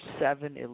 seven